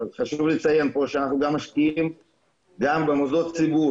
חשוב לציין כאן שאנחנו גם משקיעים במוסדות ציבור